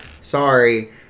sorry